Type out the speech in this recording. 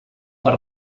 per